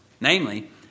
Namely